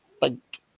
Thank